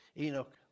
Enoch